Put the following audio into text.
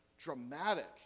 dramatic